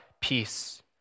peace